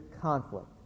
conflict